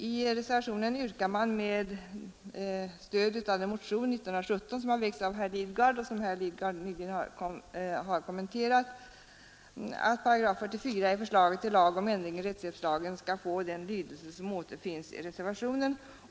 I reservationen yrkar man med stöd av motionen 1917 av herr Lidgard, som han även nu har kommenterat, att 44 8 i förslaget till lag om ändring i rättshjälpslagen skall få den lydelse som återfinns i reservationen.